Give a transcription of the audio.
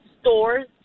stores